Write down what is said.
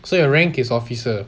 so your rank is officer